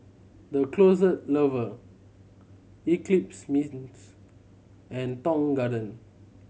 The Closet Lover Eclipse Mints and Tong Garden